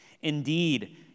Indeed